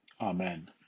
Amen